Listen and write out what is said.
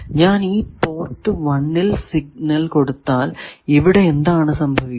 ഞാൻ ഈ പോർട്ട് 1 ൽ സിഗ്നൽ കൊടുത്താൽ ഇവിടെ എന്താണ് സംഭവിക്കുക